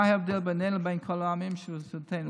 מה ההבדל בינינו לבין כל העמים שבסביבתנו?